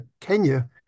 Kenya